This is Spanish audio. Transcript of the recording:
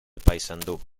paysandú